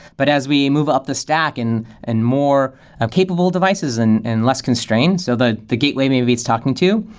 but as we move up the stack and and more um capable devices and and less constrained, so the the gateway maybe it's talking to,